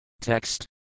Text